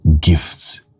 gifts